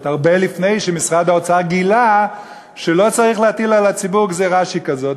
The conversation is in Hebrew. הרבה לפני שמשרד האוצר גילה שלא צריך להטיל על הציבור גזירה שכזאת,